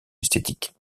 esthétique